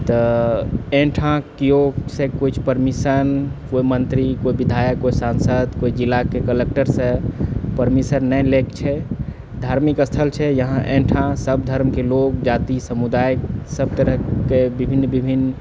तऽ एहिठाम किओ सब किछु परमिशन कोइ मंत्री कोइ विधायक कोइ सांसद जिलाके कलक्टरसँ परमिशन नहि लैके छै धार्मिक स्थल छै एहिठाम सब धर्मके लोग जाति समुदाय सब तरहके विभिन्न विभिन्न